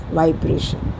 vibration